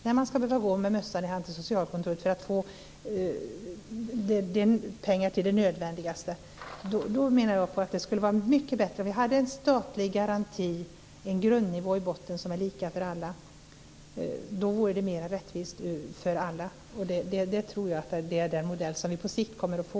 Man ska inte behöva gå med mössan i hand i socialkontoret för att få pengar till det nödvändigaste. Det skulle vara mycket bättre om vi hade en statlig garanti, en grundnivå i botten, som är lika för alla. Det vore mer rättvist för alla. Jag tror att det är den modell som vi på sikt kommer att få.